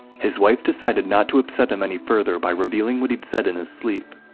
his wife decided not to upset him any further by revealing what he'd said in his sleep.